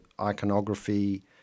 iconography